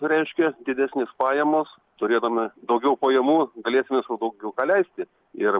reiškia didesnės pajamos turėdami daugiau pajamų galėsime sau daugiau ką leisti ir